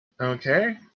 Okay